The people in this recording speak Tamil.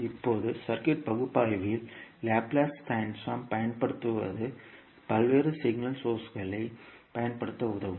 இப்போது சுற்று பகுப்பாய்வில் லாப்லேஸ் பயன்படுத்துவது பல்வேறு சமிக்ஞை சோர்ஸ்களைப் பயன்படுத்த உதவும்